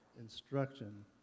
instruction